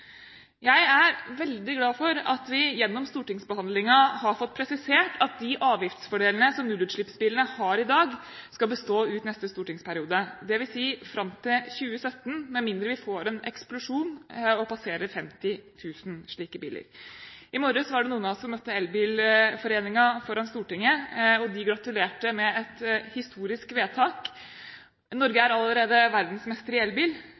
Jeg er veldig glad for at vi gjennom stortingsbehandlingen har fått presisert at de avgiftsfordelene som nullutslippsbilene har i dag, skal bestå ut neste stortingsperiode, dvs. fram til 2017, med mindre vi får en eksplosjon og passerer 50 000 slike biler. I morges var det noen av oss som møtte Elbilforeningen foran Stortinget, og de gratulerte med et historisk vedtak. Norge er allerede verdensmester i elbil.